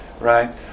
right